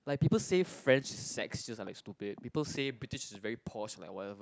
like people say French sex are just like stupid people say British is very poised like whatever